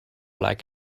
like